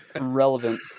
relevant